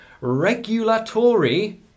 regulatory